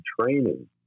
training